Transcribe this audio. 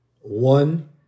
one